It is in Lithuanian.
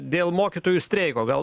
dėl mokytojų streiko gal